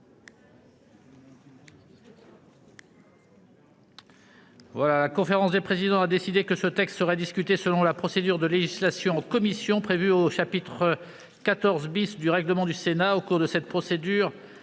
La conférence des présidents a décidé que ce texte serait discuté selon la procédure de législation en commission prévue au chapitre VII du règlement du Sénat. Au cours de cette procédure,